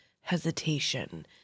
hesitation